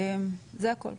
זה הכל.